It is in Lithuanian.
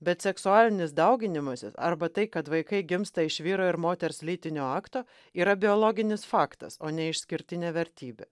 bet seksualinis dauginimasis arba tai kad vaikai gimsta iš vyro ir moters lytinio akto yra biologinis faktas o ne išskirtinė vertybė